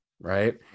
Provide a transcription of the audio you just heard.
right